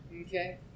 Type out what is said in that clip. Okay